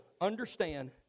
understand